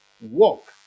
walk